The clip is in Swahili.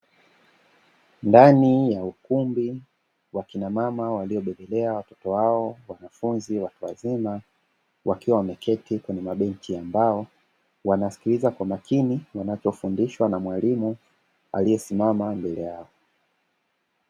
Ndani ya ukumbi wakina mama waliobebelea watoto wao (wanafunzi watu wazima) wakiwa wameketi kwenye mabenchi ya mbao, wanamsikiliza kwa makini wanachofundishwa na mwalimu aliyesimama mbele yao.